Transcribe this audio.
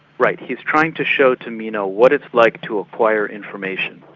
right. he's trying to show to meno what it's like to acquire information,